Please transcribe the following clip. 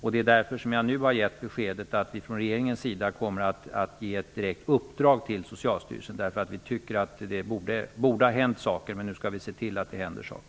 Det är därför som jag nu har gett beskedet att regeringen kommer att ge Socialstyrelsen ett direkt uppdrag. Vi tycker alltså att saker borde ha hänt, men nu skall vi se till att det händer något.